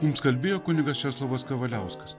mums kalbėjo kunigas česlovas kavaliauskas